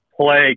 play